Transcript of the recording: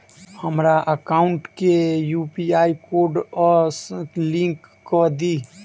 हमरा एकाउंट केँ UPI code सअ लिंक कऽ दिऽ?